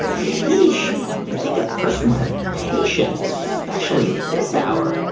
sheesh you think a person would have patience, especially at this hour. ah,